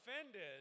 offended